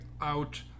out